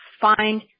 find